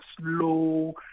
slow